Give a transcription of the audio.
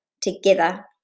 together